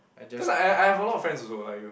cause I I have a lot of friends also like you